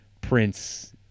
Prince